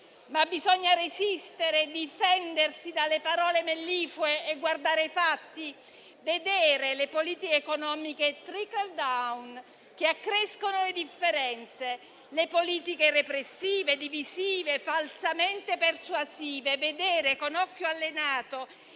ma bisogna resistere, difendersi dalle parole melliflue e guardare i fatti, vedere le politiche economiche *trickle-down*, che accrescono le differenze, le politiche repressive, divisive e falsamente persuasive, e vedere con occhio allenato